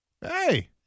Hey